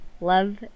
Love